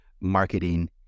marketing